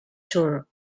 tour